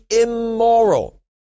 immoral